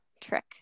trick